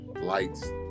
lights